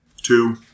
two